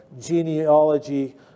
genealogy